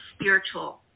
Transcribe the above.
spiritual